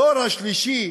הדור השלישי